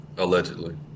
Allegedly